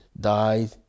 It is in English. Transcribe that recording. died